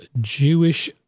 Jewish